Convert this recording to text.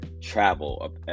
travel